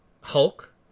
Hulk